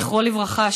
זכרו לברכה,